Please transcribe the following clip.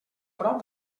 prop